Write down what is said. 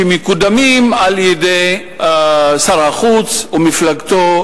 שמקודמים על-ידי שר החוץ ומפלגתו,